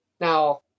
Now